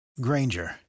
Granger